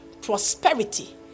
prosperity